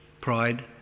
Pride